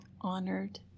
honored